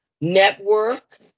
network